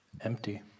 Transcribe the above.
Empty